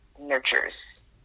nurtures